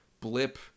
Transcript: blip